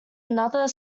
another